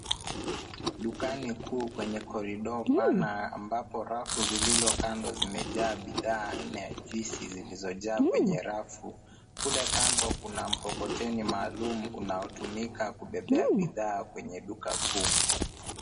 Dukani kuu kwenye korido pana ambapo rafu zilizo kando zimejaa bidhaa aina ya juisi zilizojaa kwenye rafu. Kule kando kuna mkokoteni maalum unaotumika kubebea bidhaa kwenye duka kuu.